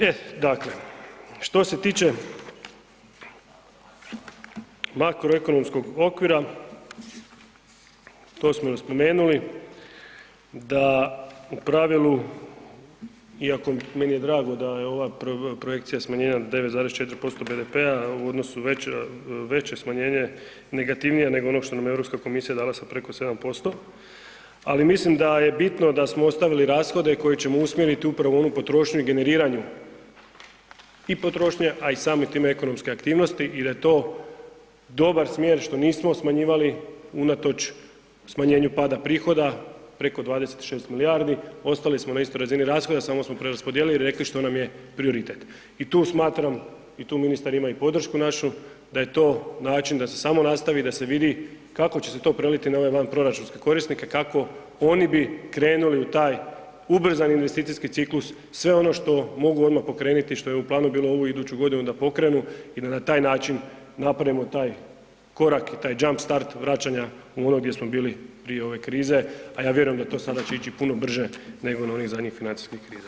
E dakle, što se tiče makroekonomskog okvira, to smo spomenuli da u pravilu iako meni je drago da je ova projekcija smanjenja 9,4 BDP-a u odnosu veće smanjenje negativnija nego onog što nam je Europska komisija dala sa preko 7%, ali mislim da je bitno da smo ostavili rashode koje ćemo usmjeriti upravo u onu potrošnju i generiranju i potrošnje a i samim tim ekonomske aktivnosti i da je to dobar smjer što nismo smanjivali unatoč smanjenju pada prihoda preko 26 milijardi, ostali smo na istoj razini rashoda, samo smo preraspodijelili i rekli što nam je prioritet i tu smatram i tu ministar ima i podršku našu, da je to način da se samo nastavi, da se vidi kako će se to preliti na ove vanproračunske korisnike, kako oni bi krenuli u taj ubrzani investicijski ciklus, sve ono što mogu odmah pokrenuti i što je u planu bilo ovu i iduću godinu da pokrenu i da na taj način napravimo taj korak i taj jump start vraćanja u ono gdje smo bili prije ove krize a ja vjerujem da će to sada ići puno brže nego na onih zadnjih financijskih kriza.